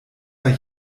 war